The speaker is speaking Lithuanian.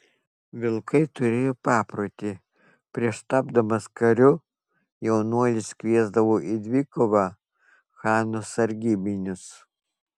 vilkai turėjo paprotį prieš tapdamas kariu jaunuolis kviesdavo į dvikovą chano sargybinius